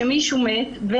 כשמישהו מת.